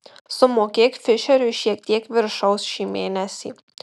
sumokėk fišeriui šiek tiek viršaus šį mėnesį